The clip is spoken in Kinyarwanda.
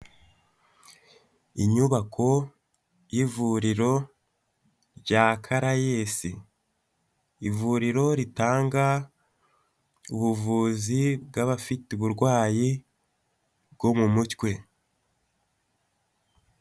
Inyubako y'ivuriro rya karayesi, ivuriro ritanga ubuvuzi bw'abafite uburwayi bwo mu mutwe.